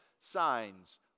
signs